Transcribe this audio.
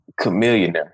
Chameleon